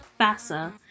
FASA